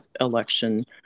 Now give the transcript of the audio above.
election